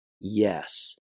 Yes